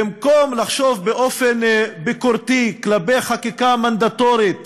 במקום לחשוב באופן ביקורתי כלפי חקיקה מנדטורית